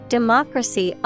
Democracy